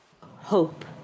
hope